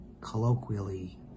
colloquially